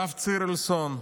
הרב צירלסון,